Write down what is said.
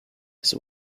his